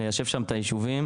ניישב שם את היישובים,